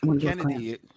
kennedy